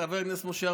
חבר הכנסת משה ארבל,